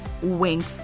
Wink